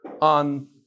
on